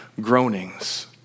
groanings